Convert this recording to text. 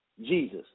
Jesus